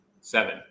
Seven